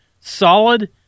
solid